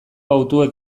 hautuek